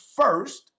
first